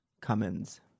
Cummins